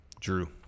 Drew